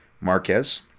Marquez